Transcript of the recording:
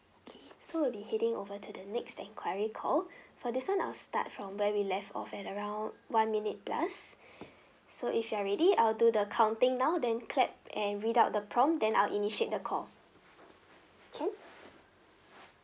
okay so we'll be heading over to the next enquiry call for this [one] I'll start from where we left off at around one minute plus so if you're ready I'll do the counting now than clapped and without the prompt then I'll initiate the call can